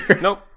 Nope